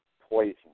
poison